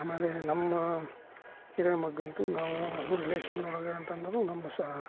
ಆಮೇಲೆ ನಮ್ಮ ಹಿರಿ ಮಗನದು ನಾವು ಅದು ರಿಲೇಷನೊಳಗೆ ನಮ್ಮ ಸ